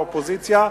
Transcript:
האופוזיציה,